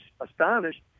astonished